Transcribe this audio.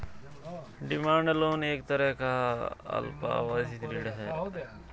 demand loan एक तरह का अल्पावधि ऋण है